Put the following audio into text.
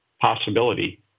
possibility